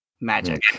magic